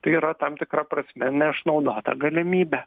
tai yra tam tikra prasme neišnaudota galimybė